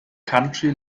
country